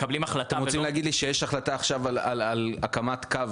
אתם רוצים להגיד לי שיש החלטה עכשיו על הקמת קו